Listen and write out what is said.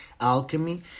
alchemy